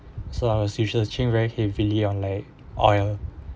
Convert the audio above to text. so I was switching very heavily on like oil